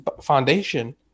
foundation